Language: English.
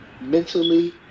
mentally